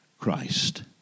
Christ